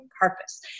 purpose